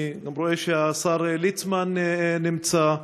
אני רואה שהשר ליצמן נמצא,